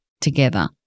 together